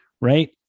right